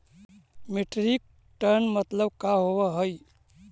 Metric tonne मतलब का होव हइ?